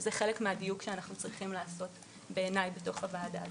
וזה חלק מהדיוק שאנחנו צריכים לעשות בעיניי בוועדה הזאת.